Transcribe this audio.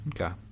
Okay